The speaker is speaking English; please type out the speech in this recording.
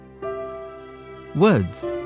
Words